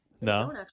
No